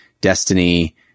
Destiny